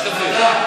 אוקיי.